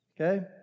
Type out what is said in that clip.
Okay